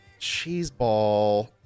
cheeseball